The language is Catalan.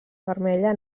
vermella